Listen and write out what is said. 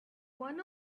one